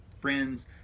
friends